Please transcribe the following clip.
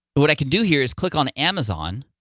what i can do here is click on amazon,